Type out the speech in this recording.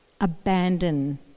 abandon